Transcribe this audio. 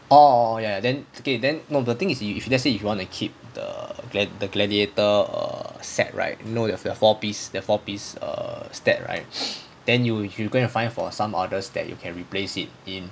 orh orh ya ya then okay then no the thing is you if let's say if you want to keep the glad~ the gladiator err set right you know there is a four piece the four piece err stat right then you you go and find for some others that you can replace it in